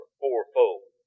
fourfold